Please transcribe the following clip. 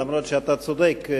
אף שאתה צודק,